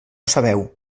sabeu